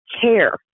care